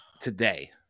today